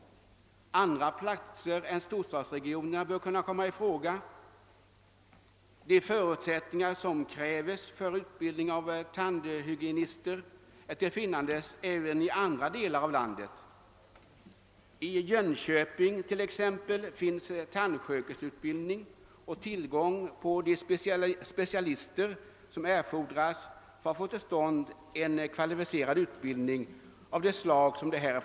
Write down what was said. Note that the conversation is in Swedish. Andra platser än storstadsregionerna bör komma i fråga. De förutsättningar som krävs för utbildning av tandhygienister är tillfinnandes även i andra delar av landet. I t.ex. Jönköping finns tandsköterskeutbildning och tillgång till de specialister som erfordras för att få till stånd en kvalificerad utbildning av det slag det gäller.